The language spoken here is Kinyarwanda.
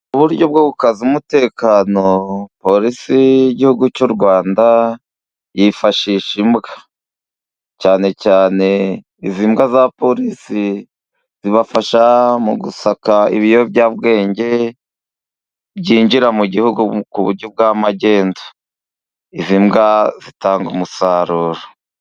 Mu buryo bwo gukaza umutekano, porisi y'igihugu cy'u Rwanda yifashisha imbwa. Cyane cyane izi mbwa za porisi, zibafasha mu gusaka ibiyobyabwenge byinjira mu gihugu ku buryo bwa magendu. Izi mbwa zitanga umusaruro.